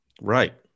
Right